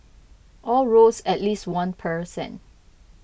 all rose at least one percent